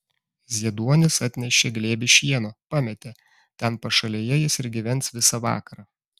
zieduonis atnešė glėbį šieno pametė ten pašalėje jis ir gyvens visą vakarą